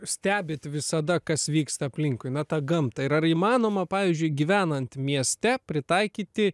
stebit visada kas vyksta aplinkui na tą gamtą ir ar įmanoma pavyzdžiui gyvenant mieste pritaikyti